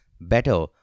better